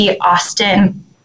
Austin